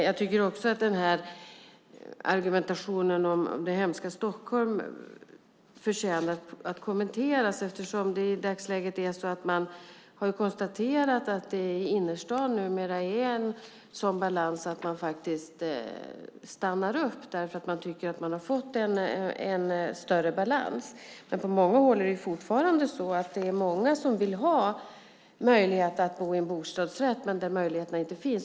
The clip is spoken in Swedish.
Jag tycker också att argumentationen om det hemska Stockholm förtjänar att kommenteras, eftersom man i dagsläget har konstaterat att det i innerstaden numera är en sådan balans att man faktiskt stannar upp. Man tycker nämligen att man har fått en större balans. Men på många håll är det ju fortfarande så att det är många som vill ha möjlighet att bo i en bostadsrätt men att möjligheterna inte finns.